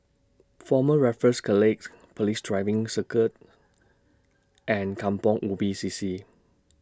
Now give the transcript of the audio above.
Former Raffles Police Driving Circuit and Kampong Ubi C C